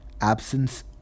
Absence